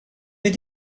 mynd